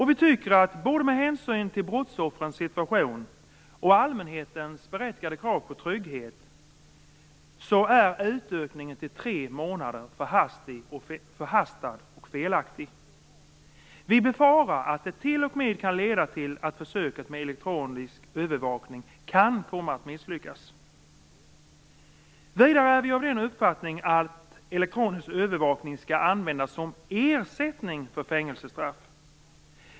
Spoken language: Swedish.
Vi tycker att både med hänsyn till brottsoffrens situation och allmänhetens berättigade krav på trygghet, är beslutet om utökning till tre månader förhastat och felaktigt. Vi befarar att detta beslut t.o.m. kan leda till att försöket med elektronisk övervakning kan komma att misslyckas. Vidare är vi av uppfattningen att elektronisk övervakning skall användas som ersättning för fängelsestraff.